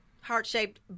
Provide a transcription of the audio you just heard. heart-shaped